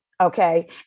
okay